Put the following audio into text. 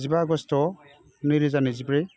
जिबा आगष्ट नैरोजा नैजिब्रै